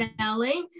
selling